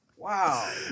Wow